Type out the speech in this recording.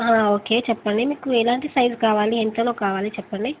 okay చెప్పండి మీకు ఎలాంటి సైజు కావాలి ఎంతలో కావాలి చెప్పండి